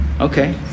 Okay